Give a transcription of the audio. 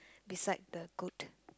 beside the goat